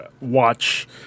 watch